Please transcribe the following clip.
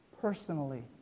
personally